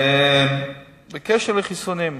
בקשר לחיסונים,